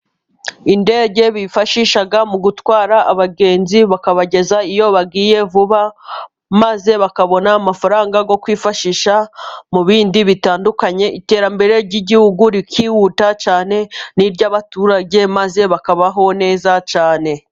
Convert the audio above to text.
Indege bifashisha mu gutwara abagenzi bakabageza iyo bagiye vuba ,maze bakabona amafaranga yo kwifashisha mu bindi bitandukanye ,iterambere ry'igihugu rikihuta cyane, n'iry'abaturage maze bakabaho neza cyane.